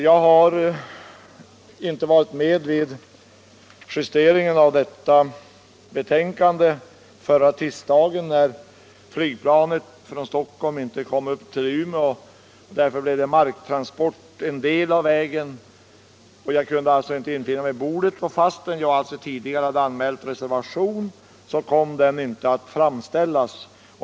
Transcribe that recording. Jag var inte med vid justeringen av detta betänkande förra tisdagen. Flygplanet från Stockholm kom inte upp till Umeå, och därför blev det marktransport en del av vägen. Jag kunde alltså inte infinna mig i tid. Trots att jag tidigare hade anmält reservation kom den inte att framställas.